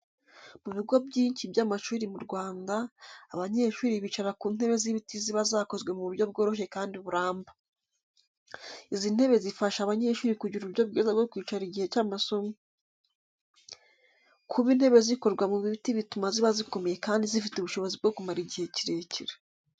Mu bigo byinshi by’amashuri mu Rwanda, abanyeshuri bicara ku ntebe z’ibiti ziba zakozwe mu buryo bworoshye kandi buramba. Izi ntebe zifasha abanyeshuri kugira uburyo bwiza bwo kwicara igihe cy’amasomo. Kuba intebe zikorwa mu biti bituma ziba zikomeye kandi zifite ubushobozi bwo kumara igihe kirekire.